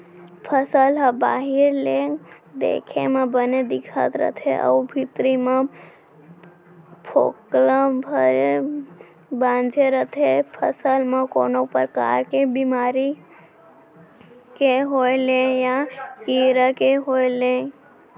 फसल ह बाहिर ले देखे म बने दिखत रथे अउ भीतरी म फोकला भर बांचे रथे फसल म कोनो परकार के बेमारी के होय ले या कीरा के होय ले